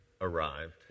arrived